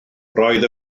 roedd